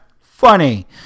Funny